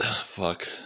Fuck